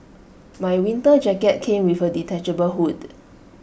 my winter jacket came with A detachable hood